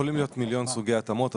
יכולים להיות מיליון סוגי התאמות,